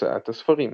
הוצאת הספרים